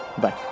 Bye